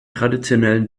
traditionellen